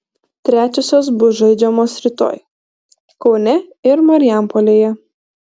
trečiosios bus žaidžiamos rytoj kaune ir marijampolėje